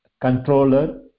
controller